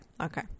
okay